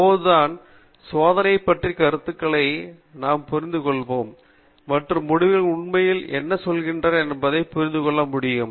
அப்போதுதான் சோதனைகள் பற்றிய கருத்துக்களை நாம் புரிந்துகொள்வோம் மற்றும் முடிவுகள் உண்மையில் என்ன சொல்கின்றன என்பதைப் புரிந்து கொள்ள முடியும்